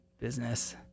business